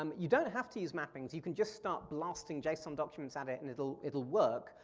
um you don't have to use mappings, you can just start blasting json documents at it and it'll it'll work.